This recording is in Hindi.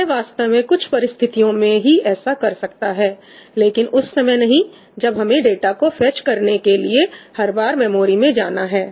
यह वास्तव में कुछ परिस्थितियों में ही ऐसा कर सकता है लेकिन उस समय नहीं जब हमें डाटा को फेच करने के लिए हर बार मेमोरी में जाना हो